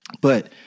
But-